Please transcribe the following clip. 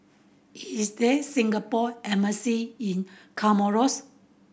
is there a Singapore Embassy in Comoros